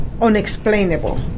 unexplainable